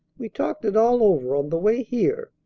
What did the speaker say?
we talked it all over on the way here.